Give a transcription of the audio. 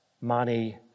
money